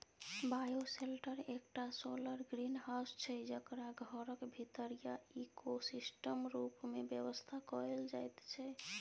bioshelter एकटा solar greenhouse छै जकरा घरक भीतरीया इकोसिस्टम रुप मे बेबस्था कएल जाइत छै